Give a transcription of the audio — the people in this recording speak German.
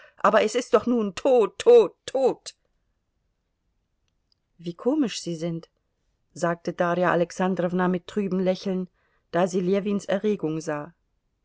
aber es ist doch nun tot tot tot wie komisch sie sind sagte darja alexandrowna mit trübem lächeln da sie ljewins erregung sah